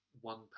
one